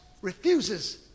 Refuses